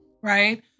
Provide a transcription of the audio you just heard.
Right